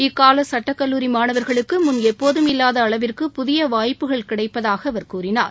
இக்கால சுட்டக்கல்லூரி மாணவர்களுக்கு முன் எப்போதம் இல்லாத அளவிற்கு புதிய வாய்ப்புகள் கிடைப்பதாக அவர் கூறினார்